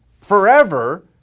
forever